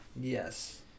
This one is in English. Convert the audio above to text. Yes